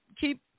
keep